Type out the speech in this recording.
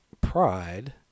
pride